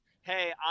hey